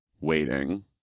waiting